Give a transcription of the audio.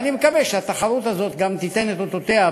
ואני מקווה שהתחרות הזאת גם תיתן את אותותיה